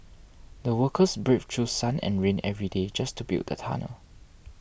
the workers braved through sun and rain every day just to build the tunnel